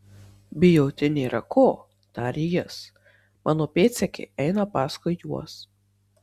bijoti nėra ko tarė jis mano pėdsekiai eina paskui juos